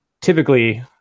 Typically